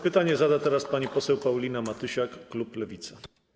Pytanie zada pani poseł Paulina Matysiak, klub Lewica.